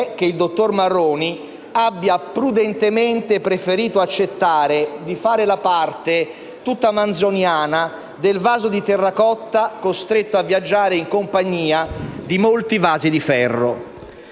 il dottor Marroni ha prudentemente preferito accettare di fare la parte, tutta manzoniana, del «vaso di terracotta, costretto a viaggiare in compagnia di molti vasi di ferro».